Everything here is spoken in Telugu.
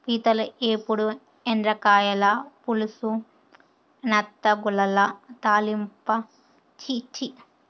పీతల ఏపుడు, ఎండ్రకాయల పులుసు, నత్తగుల్లల తాలింపా ఛీ ఛీ